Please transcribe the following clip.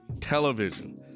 television